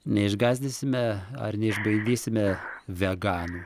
neišgąsdinsime ar neišbaidysime veganų